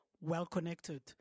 well-connected